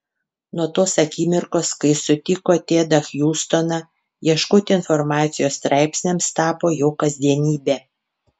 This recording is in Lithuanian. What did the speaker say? nuo tos akimirkos kai sutiko tedą hjustoną ieškoti informacijos straipsniams tapo jo kasdienybe